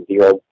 zero